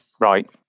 Right